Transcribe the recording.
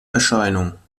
erscheinung